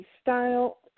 style